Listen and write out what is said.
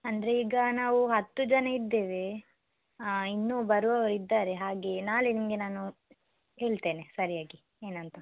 ಅಂದರೆ ಈಗ ನಾವು ಹತ್ತು ಜನ ಇದ್ದೇವೆ ಇನ್ನೂ ಬರುವವರು ಇದ್ದಾರೆ ಹಾಗೆ ನಾಳೆ ನಿಮಗೆ ನಾನು ಹೇಳ್ತೇನೆ ಸರಿಯಾಗಿ ಏನಂತ